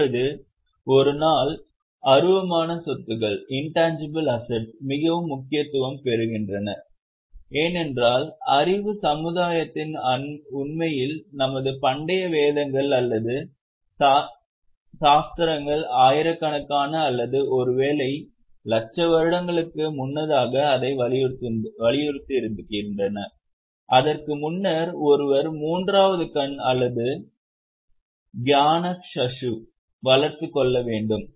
இப்போது ஒரு நாள் அருவமான சொத்துக்கள் மிகவும் முக்கியத்துவம் பெறுகின்றன ஏனென்றால் அறிவு சமுதாயத்தில் உண்மையில் நமது பண்டைய வேதங்கள் அல்லது சாஸ்தாக்கள் ஆயிரக்கணக்கான அல்லது ஒருவேளை லட்சம் வருடங்களுக்கு முன்னதாக அதை வலியுறுத்தியிருந்தன அதற்கு முன்னர் ஒருவர் மூன்றாவது கண் அல்லது கயனாச்சக்ஷை வளர்த்துக் கொள்ள வேண்டும்